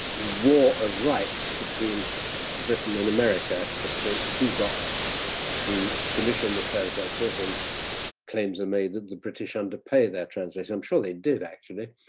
war of rights between britain and america as to who got to commission the translators and claims are made that the british underpaid their translators. i'm sure they did actually.